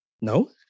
no